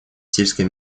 сельской